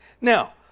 Now